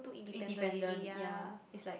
independent ya is like